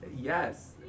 Yes